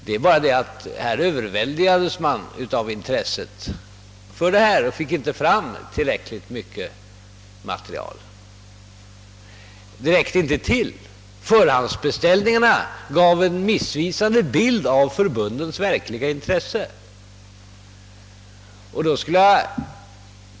Det är bara det att man överväldigades av intresset för denna sak, så att man inte från början fick fram tillräckligt med material. Det räckte inte till. Förhandsbeställningarna gav en missvisande bild av förbundens verkliga intresse.